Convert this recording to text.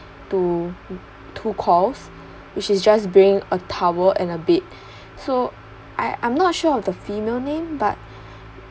to two calls which is just bring a tower and a bed so I I'm not sure of the female name but